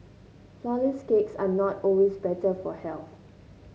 flourless cakes are not always better for health